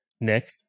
Nick